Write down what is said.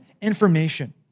information